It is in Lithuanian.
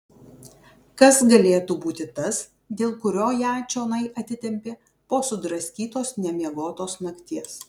kas galėtų būti tas dėl kurio ją čionai atitempė po sudraskytos nemiegotos nakties